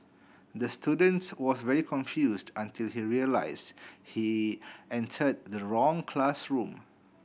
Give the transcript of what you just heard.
the students was very confused until he realised he entered the wrong classroom